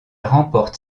remporte